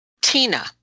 Tina